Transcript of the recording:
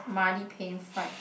muddy pain fight